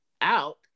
out